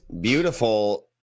Beautiful